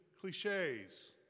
cliches